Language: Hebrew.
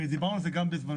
ודיברנו על זה גם בזמנו,